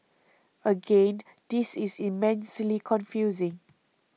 again this is immensely confusing